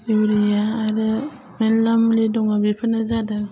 urea आरो मेरला मुलि दङो बेफोरनो जादों